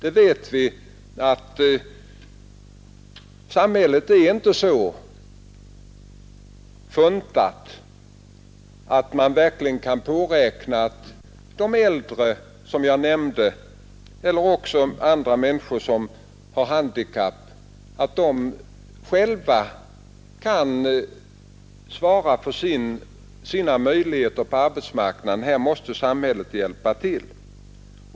Vi vet att samhället inte är så skapat att vi kan räkna med att de äldre och människor med handikapp själva kan tillvarata sina intressen på arbetsmarknaden. Där måste samhället hjälpa till.